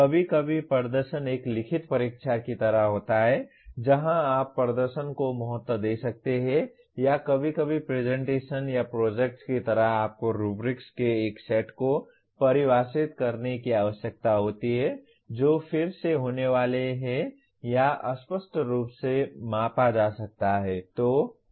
कभी कभी प्रदर्शन एक लिखित परीक्षा की तरह होता है जहाँ आप प्रदर्शन को महत्व दे सकते हैं या कभी कभी प्रेजेंटेशन्स या प्रोजेक्ट्स की तरह आपको रुब्रिक्स के एक सेट को परिभाषित करने की आवश्यकता होती है जो फिर से होने वाले हैं या अस्पष्ट रूप से मापा जा सकता है